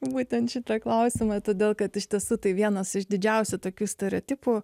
būtent šitoje klausimai todėl kad iš tiesų tai vienas iš didžiausių tokių stereotipų